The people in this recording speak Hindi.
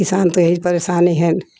किसान को यही परेशानी है